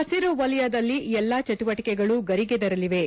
ಹಸಿರು ವಲಯದಲ್ಲಿ ಎಲ್ಲ ಚಟುವಟಿಕೆಗಳು ಗರಿಗೆದರಲಿವೆ